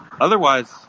Otherwise